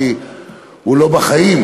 כי הוא לא בחיים.